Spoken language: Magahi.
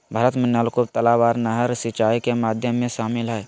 भारत में नलकूप, तलाब आर नहर सिंचाई के माध्यम में शामिल हय